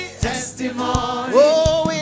testimony